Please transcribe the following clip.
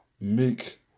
make